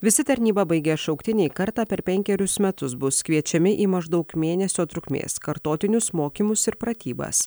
visi tarnybą baigę šauktiniai kartą per penkerius metus bus kviečiami į maždaug mėnesio trukmės kartotinius mokymus ir pratybas